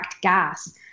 gas